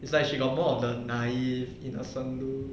it's like she got of the naive innocent look